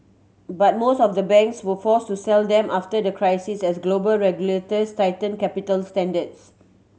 but most of the banks were forced to sell them after the crisis as global regulators tightened capital standards